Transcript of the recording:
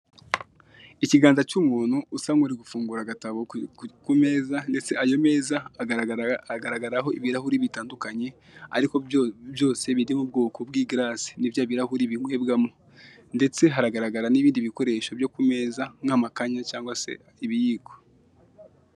Ikiganza cy'umuntu usa nk'uri gufungura agatabo ku meza ndetse ayo meza agaragaraho ibirahure bitandukanye ariko byose biri mu bwoko bw'igarase ni bya birahure binywebwamo ndetse haragaragara n'ibindi bikoresho byo ku meza nk'amakanye cyangwa se ibiyiko.